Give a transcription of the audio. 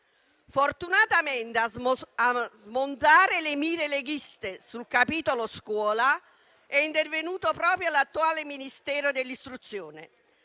Fortunatamente, a smontare le mire leghiste sul capitolo scuola è intervenuto proprio l'attuale Ministero dell'istruzione,